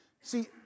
See